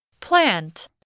Plant